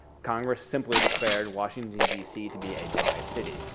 congress simply declared washington, d c. to be a dry city.